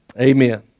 Amen